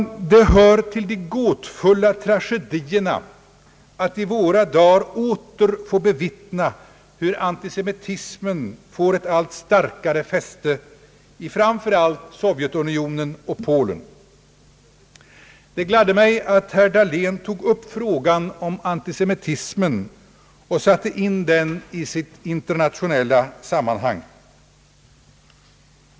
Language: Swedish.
Det hör till de gåtfulla tragedierna att i våra dagar åter få bevittna hur antisemitismen får ett allt starkare fäste i framför allt Sovjetunionen och Polen. Det gladde mig att herr Dahlén tog upp frågan om antisemitismen och satte in den i sitt internationella sammanhang.